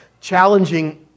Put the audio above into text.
challenging